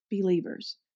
believers